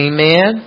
Amen